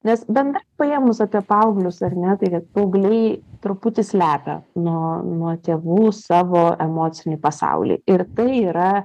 nes bendrai paėmus apie paauglius ar ne tai kad paaugliai truputį slepia nuo nuo tėvų savo emocinį pasaulį ir tai yra